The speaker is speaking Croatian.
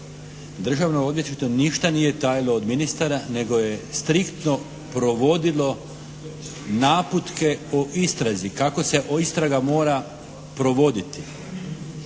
Državno odvjetništvo ništa nije tajilo od ministara nego je striktno provodilo naputke o istrazi, kako se istraga mora provoditi